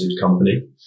company